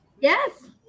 yes